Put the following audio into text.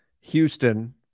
Houston